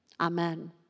Amen